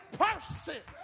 person